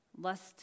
Lust